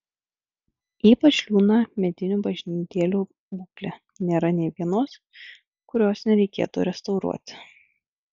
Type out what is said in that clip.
ypač liūdna medinių bažnytėlių būklė nėra nė vienos kurios nereikėtų restauruoti